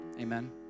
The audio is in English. Amen